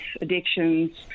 addictions